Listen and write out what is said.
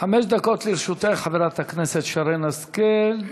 חמש דקות לרשותך, חברת הכנסת שרן השכל.